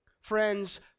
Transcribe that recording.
Friends